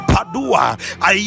Padua